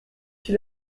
qui